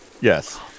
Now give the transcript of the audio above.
yes